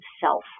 self